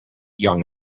young